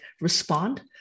respond